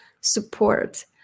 support